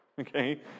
Okay